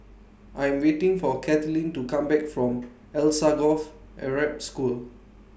I'm waiting For Cathleen to Come Back from Alsagoff Arab School